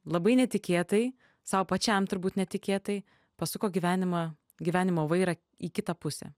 labai netikėtai sau pačiam turbūt netikėtai pasuko gyvenimą gyvenimo vairą į kitą pusę